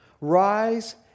rise